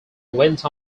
went